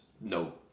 no